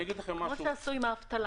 כפי שעשו עם האבטלה.